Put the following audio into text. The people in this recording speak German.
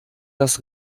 das